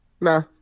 Nah